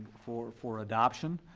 for for adoption.